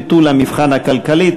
ביטול המבחן הכלכלי),